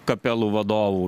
kapelų vadovų